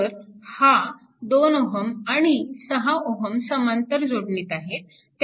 तर हा 2 Ω आणि 6 Ω समांतर जोडणीत आहेत